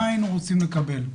ומה היינו רוצים לקבל.